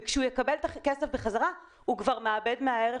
וכשהוא יקבל את הכסף בחזרה הוא כבר מאבד מהערך